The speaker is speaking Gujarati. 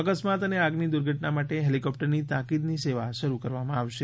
અકસ્માત અને આગની દુર્ઘટના માટે હેલિકોપ્ટરની તાકીદની સેવા શરૂ કરવામાં આવશે